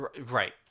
right